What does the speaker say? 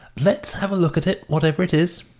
let's have a look at it, whatever it is.